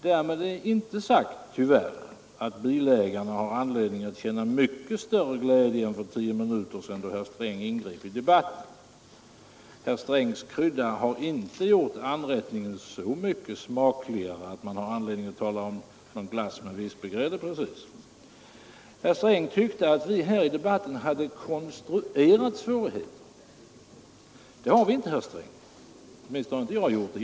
Därmed är inte sagt — tyvärr — att bilägarna har anledning att känna mycket större glädje nu än för tio minuter sedan, då herr Sträng ingrep i debatten. Herr Strängs krydda har inte precis gjort anrättningen så mycket smakligare att man har anledning att tala om någon glass med Herr Sträng tyckte att vi här i debatten hade konstruerat svårigheter. Onsdagen den Det har vi inte, herr Sträng; åtminstone har inte jag gjort det.